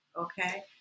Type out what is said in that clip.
Okay